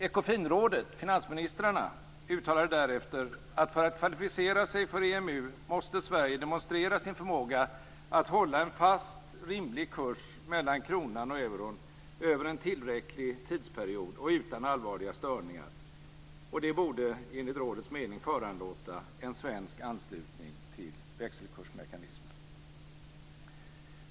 Ekofinrådet, finansministrarna, uttalade därefter att Sverige för att kvalificera sig för EMU måste demonstrera sin förmåga att hålla en fast rimlig kurs mellan kronan och euron över en tillräcklig tidsperiod och utan allvarliga störningar, vilket enligt rådets mening borde föranlåta en svensk anslutning till växelkursmekanismen.